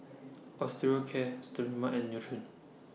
Osteocare Sterimar and Nutren